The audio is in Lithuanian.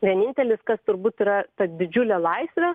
vienintelis kas turbūt yra ta didžiulė laisvė